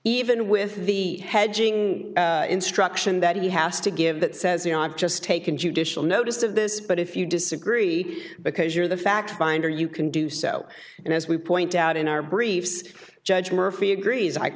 even with the hedging instruction that he has to give that says you know i've just taken judicial notice of this but if you disagree because you're the fact finder you can do so and as we point out in our briefs judge murphy agrees i